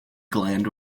gland